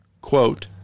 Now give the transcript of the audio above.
quote